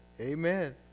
Amen